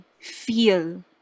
feel